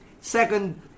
Second